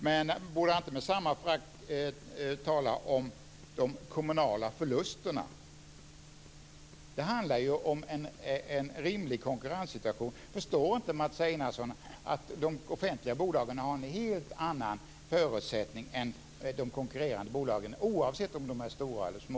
Men han talar inte med samma förakt om de kommunala förlusterna. Det handlar om en rimlig konkurrenssituation. Förstår inte Mats Einarsson att de offentliga bolagen har en helt annan förutsättning än de konkurrerande bolagen, oavsett om de är stora eller små?